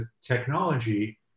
technology